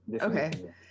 Okay